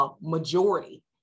majority